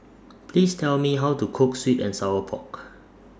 Please Tell Me How to Cook Sweet and Sour Pork